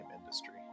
industry